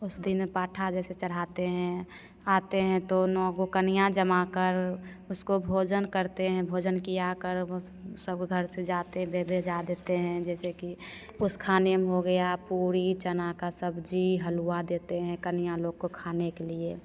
उस दिन पाठा जैसे चढ़ाते हैं आते हैं तो नौ गो कन्या जमा कर उसको भोजन करते हैं भोजन करा कर उस सब घर से जाते हैं भे भेजा देते हैं जैसे कि उस खाने में हो गया पूड़ी चना का सब्जी हलवा देते हैं कन्या लोग को खाने के लिए